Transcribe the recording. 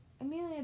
Amelia